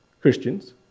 Christians